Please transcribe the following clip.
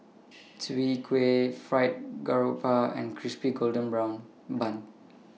Chwee Kueh Fried Garoupa and Crispy Golden Brown Bun